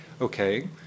Okay